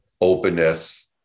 openness